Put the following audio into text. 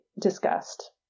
discussed